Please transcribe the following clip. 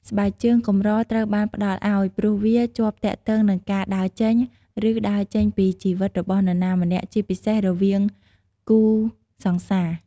ស្បែកជើងកម្រត្រូវបានផ្តល់ឱ្យ ព្រោះវាជាប់ទាក់ទងនឹងការដើរចេញ ឬដើរចេញពីជីវិតរបស់នរណាម្នាក់ជាពិសេសរវាងគូរសង្សារ។